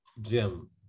Jim